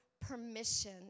permission